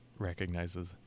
recognizes